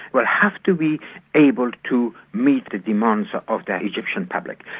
but have to be able to meet the demands of the egyptian public,